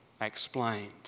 explained